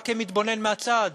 רק כמתבונן מהצד,